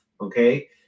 Okay